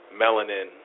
Melanin